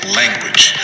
language